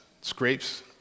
scrapes